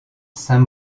saint